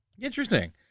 Interesting